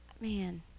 man